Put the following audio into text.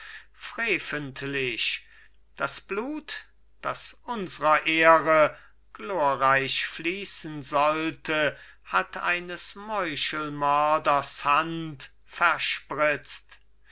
freventlich das blut das unsrer ehre glorreich fließen sollte hat eines meuchelmörders hand verspritzt